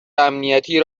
امنیتی